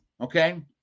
okay